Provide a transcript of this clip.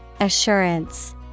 assurance